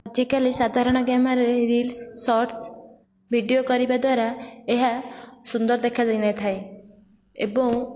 ଆଜିକାଲି ସାଧାରଣ କ୍ୟାମେରାରେ ରିଲ୍ସ ସର୍ଟ୍ସ୍ ଭିଡ଼ିଓ କରିବା ଦ୍ୱାରା ଏହା ସୁନ୍ଦର ଦେଖାଯାଇ ନଥାଏ ଏବଂ